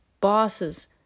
bosses